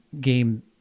game